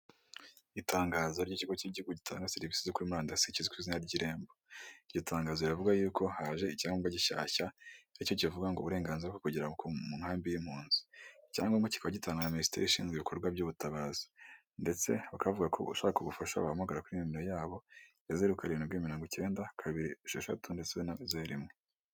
Itangazo ry'ikigo cy'igihugu gitanga serivisi zo kuri murandasi kizwi kw'izina ry'irembo. iryo tangazo rivuga yuko haje icyangombwa gishyashya nacyo kivuga ngo uburenganzira bwo kugera ku nkambi y'impunzi. icyangombwa kikaba gitangwa na minisiteri ishinzwe ibikorwa by'ubutabazi ndetse bakavuga ko ushaka ubufasha wabahamagara kuri nimero yabo ayi yo ya zeru karindwi, mirongo icyenda , kabiri esheshatu ndetse na zeru imwe.